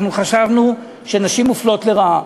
אנחנו חשבנו שנשים מופלות לרעה.